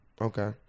Okay